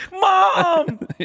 Mom